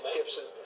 Gibson